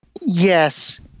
yes